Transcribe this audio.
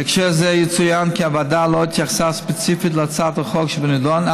בהקשר זה יצוין כי הוועדה לא התייחסה ספציפית להצעת החוק שבנדון,